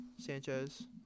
Sanchez